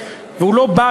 והוא לא בא,